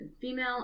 female